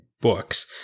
books